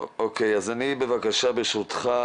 אז אני מבקש ממך